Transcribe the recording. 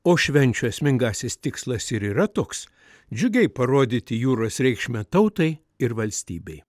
o švenčių esmingasis tikslas ir yra toks džiugiai parodyti jūros reikšmę tautai ir valstybei